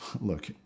look